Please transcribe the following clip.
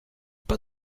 pas